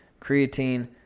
creatine